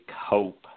hope